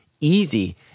easy